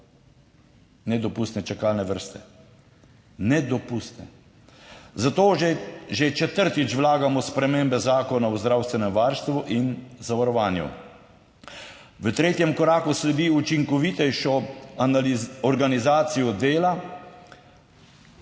Nedopustne čakalne vrste, nedopustne. Zato že četrtič vlagamo spremembe Zakona o zdravstvenem varstvu in zavarovanju. V tretjem koraku sledi učinkovitejšo organizacijo dela.